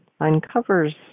uncovers